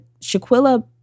Shaquilla